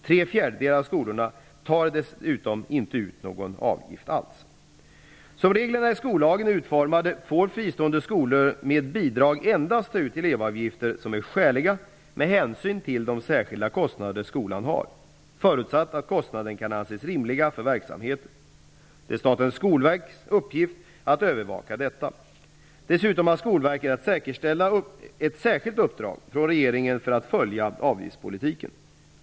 Tre fjärdedelar av skolorna tar dessutom inte ut någon avgift alls. Som reglerna i skollagen är utformade får fristående skolor med bidrag endast ta ut elevavgifter som är skäliga med hänsyn till de särskilda kostnader som skolan har, förutsatt att kostnaderna kan anses rimliga för verksamheten. Det är Statens skolverks uppgift att övervaka detta. Dessutom har Skolverket ett särskilt uppdrag från regeringen att följa avgiftspolitiken.